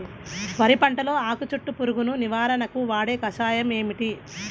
వరి పంటలో ఆకు చుట్టూ పురుగును నివారణకు వాడే కషాయం ఏమిటి?